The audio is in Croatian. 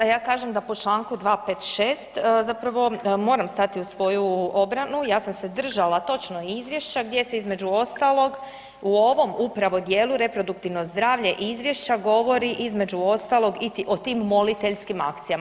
16,56 a ja kažem da po Članku 256. zapravo moram stati u svoju obranu ja sam se držala točno izvješća gdje se između ostalog u ovom upravo dijelu reproduktivno zdravlje izvješća govori između ostalog i o tim moliteljskim akcijama.